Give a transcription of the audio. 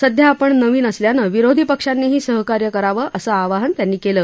सध्या आपण नवीन असल्यानं विरोधी पक्षांनीही सहकार्य करावं असं आवाहनही त्यांनी कालं